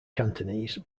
cantonese